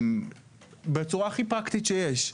בצורה הכי פרקטית שיש,